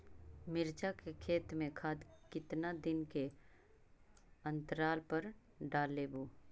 मिरचा के खेत मे खाद कितना दीन के अनतराल पर डालेबु?